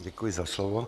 Děkuji za slovo.